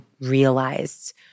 realized